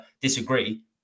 disagree